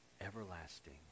everlasting